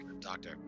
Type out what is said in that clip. Doctor